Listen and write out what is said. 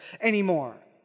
anymore